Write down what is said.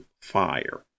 fire